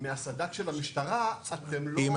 מהסד"כ של המשטרה, אתם לא ---.